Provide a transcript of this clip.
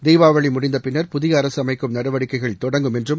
தீபாவளி முடிந்த பின்னர் புதிய அரசு அமைக்கும் நடவடிக்கைகள் தொடங்கும் என்றும்